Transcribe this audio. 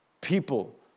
people